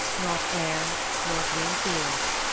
not air, nor green fields,